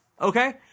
Okay